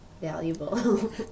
valuable